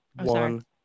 one